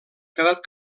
quedat